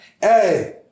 Hey